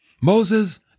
Moses